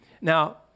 Now